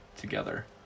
together